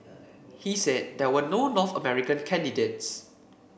he said there were no North American candidates